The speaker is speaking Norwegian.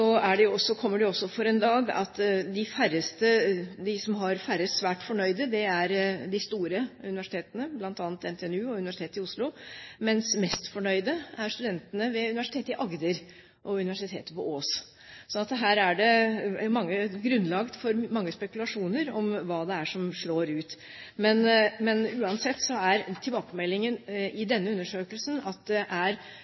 kommer det også for en dag at det er de store universitetene, bl.a. NTNU og Universitetet i Oslo, som har færrest svært fornøyde, mens mest fornøyde er studentene ved Universitetet i Agder og ved Universitetet i Ås. Her er det grunnlag for mange spekulasjoner om hva det er som slår ut. Men uansett er tilbakemeldingen i